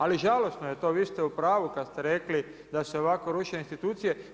Ali žalosno je to, vi ste u pravu kad ste rekli da se ovako ruše institucije.